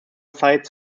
sights